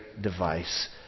device